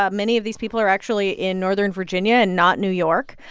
ah many of these people are actually in northern virginia and not new york.